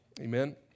Amen